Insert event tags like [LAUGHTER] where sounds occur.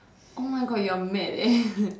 oh my God you are mad eh [LAUGHS]